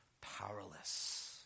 powerless